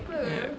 ya